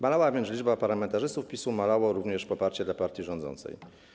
Malała więc liczba parlamentarzystów PiS-u, malało również poparcie dla partii rządzących.